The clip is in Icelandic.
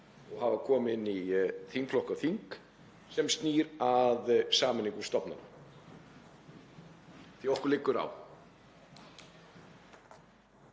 og hafa komið inn í þingflokka og þing, sem snúa að sameiningu stofnana, því að okkur liggur á.